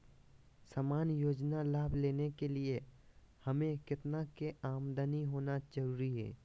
सामान्य योजना लाभ लेने के लिए हमें कितना के आमदनी होना जरूरी है?